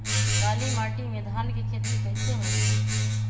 काली माटी में धान के खेती कईसे होइ छइ?